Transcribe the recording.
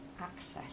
access